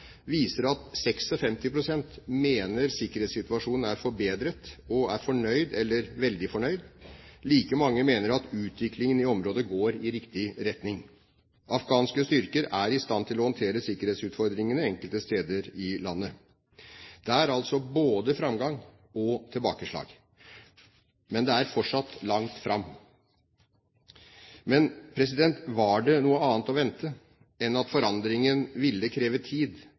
viser at 56 pst. mener sikkerhetssituasjonen er forbedret og er fornøyd eller veldig fornøyd. Like mange mener at utviklingen i området går i riktig retning. Afghanske styrker er i stand til å håndtere sikkerhetsutfordringene enkelte steder i landet. Det er altså både framgang og tilbakeslag, men det er fortsatt langt fram. Men var det noe annet å vente enn at forandringen ville kreve tid,